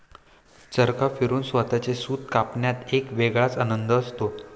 चरखा फिरवून स्वतःचे सूत कापण्यात एक वेगळाच आनंद असतो